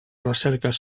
recerques